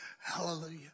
Hallelujah